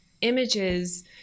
images